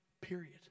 Period